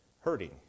hurting